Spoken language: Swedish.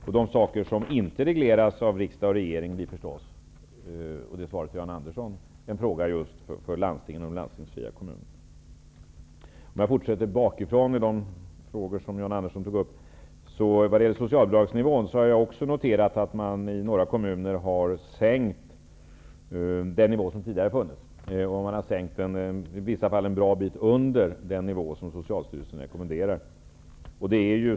Mitt svar till Jan Andrsson blir då att det som inte regleras av regering och riksdag förstås blir en fråga just för landstingen och de landstingsfria kommunerna. När det gäller socialbidragsnivån, har också jag noterat att man i några kommuner har sänkt tidigare nivåer. I vissa fall ligger socialbidragen en bra bit under den nivå som socialstyrelsen rekommenderar.